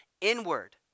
inward